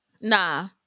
Nah